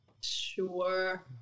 Sure